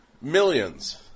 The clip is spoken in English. Millions